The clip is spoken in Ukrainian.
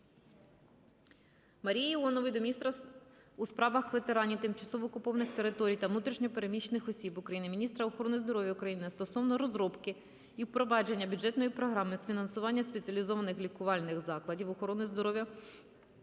Марії Іонової до міністра у справах ветеранів, тимчасово окупованих територій та внутрішньо переміщених осіб України, міністра охорони здоров'я України стосовно розробки і впровадження бюджетної програми з фінансування спеціалізованих лікувальних закладів охорони здоров'я